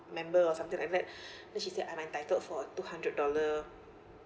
member or something like that then she said I'm entitled for a two hundred dollar